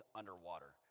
underwater